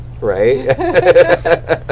right